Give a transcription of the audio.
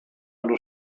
allo